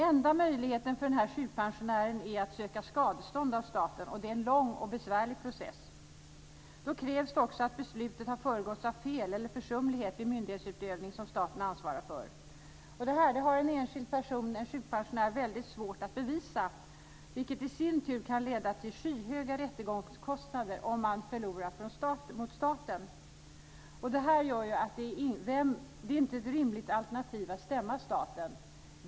Enda möjligheten för den här sjukpensionären är att söka skadestånd av staten. Det är en lång och besvärlig process. Då krävs det också att beslutet har föregåtts av fel eller försumlighet vid myndighetsutövning som staten ansvarar för. Det här har en enskild person, en sjukpensionär, väldigt svårt att bevisa, vilket i sin tur kan leda till skyhöga rättegångskostnader om man förlorar mot staten. Det gör att det inte är ett rimligt alternativ att stämma staten.